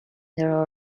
their